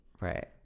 Right